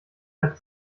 hat